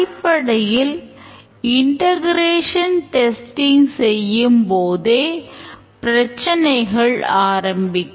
water fall மாடலின் செய்யும்போதே பிரச்சனைகள் ஆரம்பிக்கும்